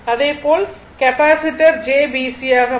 இதேபோல் capacitor j BC ஆக மாறும்